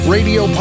Radio